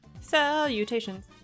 Salutations